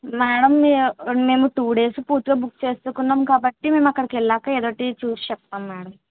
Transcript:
madam మేము two days పూర్తిగా book చేసుకున్నాము కాబట్టీ మేము అక్కడకెళ్ళాక ఏదో ఒకటి చూసి చెప్తాము మేడం